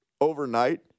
overnight